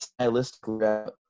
stylistically